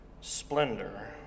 splendor